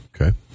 Okay